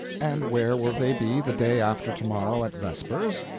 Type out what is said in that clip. and where will they be the day after to-morrow at vespers?